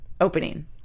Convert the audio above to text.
opening